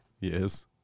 Yes